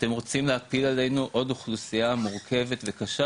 אתם רוצים להפיל עלינו עוד אוכלוסייה מורכבת וקשה,